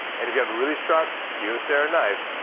and if you have a really sharp kyocera knife,